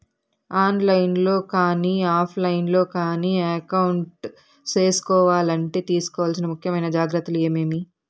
On line లో కానీ offline లో కానీ అకౌంట్ సేసుకోవాలంటే తీసుకోవాల్సిన ముఖ్యమైన జాగ్రత్తలు ఏమేమి?